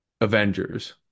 avengers